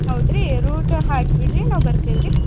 ಹೌದು ರೀ ರೂಟ್ ಹಾಕಿಬಿಡ್ರಿ ನಾವು ಬರ್ತಿವಿ ರೀ